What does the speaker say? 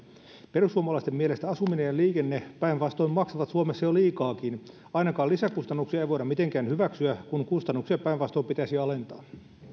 perussuomalaisten mielestä asuminen ja liikenne päinvastoin maksavat suomessa jo liikaakin ainakaan lisäkustannuksia ei voida mitenkään hyväksyä kun kustannuksia päinvastoin pitäisi alentaa